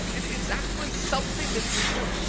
it's actually something that you do.